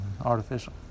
Artificial